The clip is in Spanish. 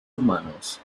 humanos